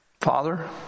father